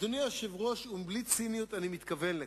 אדוני היושב-ראש, ובלי ציניות, אני מתכוון לכך,